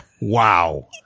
Wow